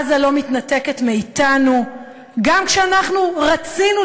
עזה לא מתנתקת מאתנו גם כשאנחנו רצינו,